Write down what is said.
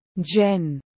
Jen